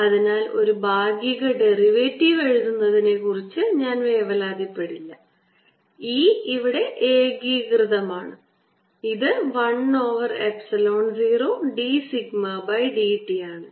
അതിനാൽ ഒരു ഭാഗിക ഡെറിവേറ്റീവ് എഴുതുന്നതിനെക്കുറിച്ച് ഞാൻ വേവലാതിപ്പെടുന്നില്ല E ഇവിടെ ഏകീകൃതമാണ് ഇത് 1 over epsilon 0 d sigma by dt ആണ്